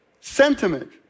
sentiment